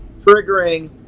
triggering